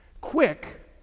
Quick